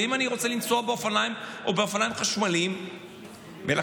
ואם אני רוצה לנסוע באופניים או באופניים חשמליים?